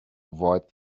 avoid